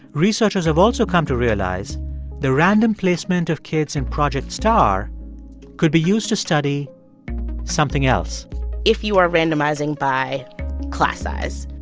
researchers have also come to realize the random placement of kids in project star could be used to study something else if you are randomizing by class size,